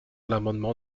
l’amendement